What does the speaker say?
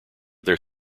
their